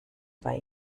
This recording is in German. bei